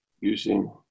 using